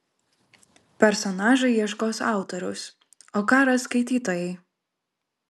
personažai ieškos autoriaus o ką ras skaitytojai